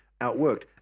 outworked